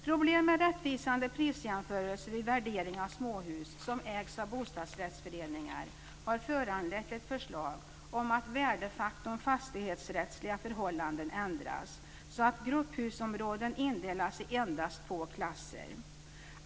Problem med rättvisande prisjämförelser vid värdering av småhus som ägs av bostadsrättsföreningar har föranlett ett förslag om att värdefaktorn fastighetsrättsliga förhållanden ändras så att grupphusområden indelas i endast två klasser.